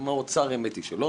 מהאוצר האמת היא שלא,